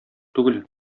түгел